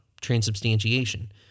transubstantiation